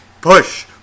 push